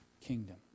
kingdom